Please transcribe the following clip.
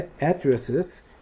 addresses